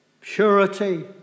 purity